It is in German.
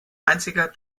einziger